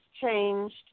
changed